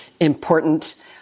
important